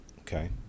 Okay